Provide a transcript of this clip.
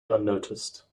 unnoticed